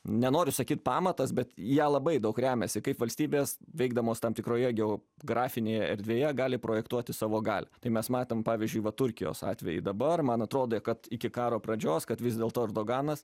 nenoriu sakyt pamatas bet ją labai daug remiasi kaip valstybės veikdamos tam tikroje geriau geografinėje erdvėje gali projektuoti savo galią tai mes matėm pavyzdžiui va turkijos atvejį dabar man atrodo kad iki karo pradžios kad vis dėl to erdoganas